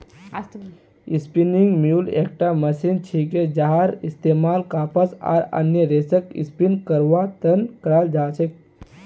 spinning mule एकटा machine छिके जहार इस्तमाल कपास आर अन्य रेशक स्पिन करवार त न कराल जा छेक